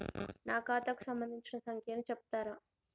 నా ఖాతా కు సంబంధించిన సంఖ్య ను చెప్తరా?